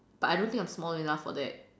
but I don't think I'm small enough for that